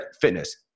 fitness